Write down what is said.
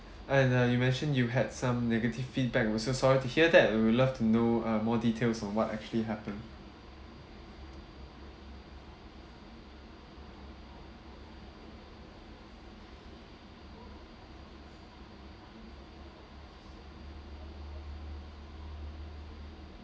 and uh you mentioned you had some negative feedback we're so sorry to hear that and we'd love to know uh more details on what actually happened